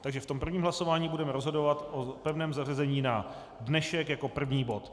Takže v prvním hlasování budeme rozhodovat o pevném zařazení na dnešek jako první bod.